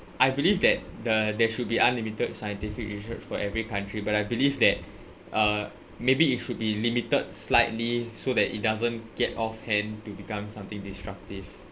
I believe that the there should be unlimited scientific research for every country but I believe that uh maybe it should be limited slightly so that it doesn't get off hand to become something disruptive